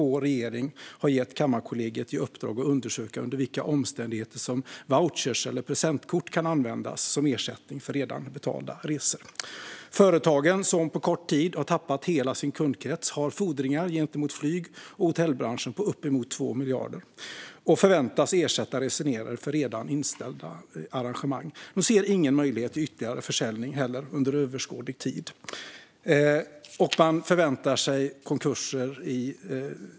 Vår regering har gett Kammarkollegiet i uppdrag att undersöka under vilka omständigheter vouchers eller presentkort kan användas som ersättning för redan betalda resor. Företagen som på kort tid har tappat hela sin kundkrets har fordringar gentemot flyg och hotellbranschen på uppemot 2 miljarder och förväntas ersätta resenärer för redan inställda arrangemang. De ser inte heller någon möjlighet till ytterligare försäljning under överskådlig tid. Nio av tio förväntar sig konkurs.